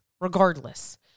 regardless